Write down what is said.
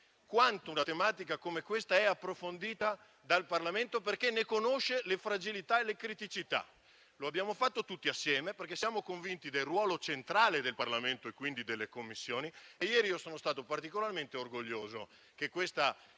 quanto tale tematica sia approfondita dal Parlamento, perché ne conosce le fragilità e le criticità. Lo abbiamo fatto tutti assieme, perché siamo convinti del ruolo centrale del Parlamento (quindi delle Commissioni) e ieri sono stato particolarmente orgoglioso che questo